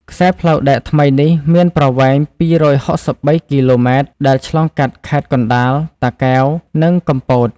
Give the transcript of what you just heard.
ខ្សែផ្លូវដែកថ្មីនេះមានប្រវែង ២៦៣ គីឡូម៉ែត្រ ដែលឆ្លងកាត់ខេត្តកណ្តាល តាកែវ និងកំពត។